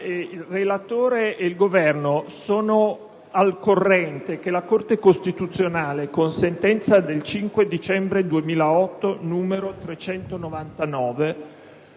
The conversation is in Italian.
il relatore e il Governo sono al corrente che la Corte costituzionale, con la sentenza n. 399 del 5 dicembre 2008, ha